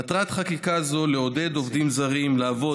מטרת חקיקה זו לעודד עובדים זרים לעבוד